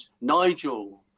nigel